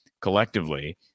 collectively